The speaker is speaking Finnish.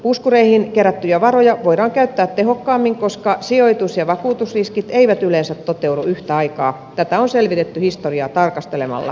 puskureihin kerättyjä varoja voidaan käyttää tehokkaammin koska sijoitus ja vakuutusriskit eivät yleensä toteudu yhtä aikaa tätä on selvitetty historiaa tarkastelemalla